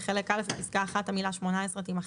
בחלק (א) בפסקה (1) המילה "שמונה עשרה" תימחק.